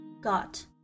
got